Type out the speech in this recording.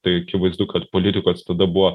tai akivaizdu kad politikos tada buvo